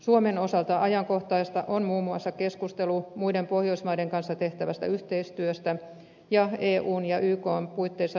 suomen osalta ajankohtaista on muun muassa keskustelu muiden pohjoismaiden kanssa tehtävästä yhteistyöstä ja eun ja ykn puitteissa noudattamastamme linjasta